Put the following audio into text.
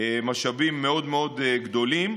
משאבים מאוד מאוד גדולים,